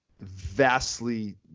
vastly